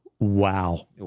Wow